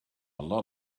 lot